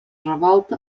revolta